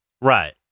Right